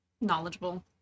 knowledgeable